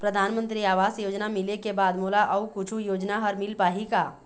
परधानमंतरी आवास योजना मिले के बाद मोला अऊ कुछू योजना हर मिल पाही का?